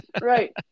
right